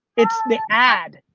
it's the ad.